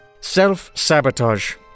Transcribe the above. Self-sabotage